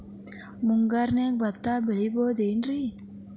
ಮುಂಗಾರಿನ್ಯಾಗ ಭತ್ತ ಬೆಳಿಬೊದೇನ್ರೇ?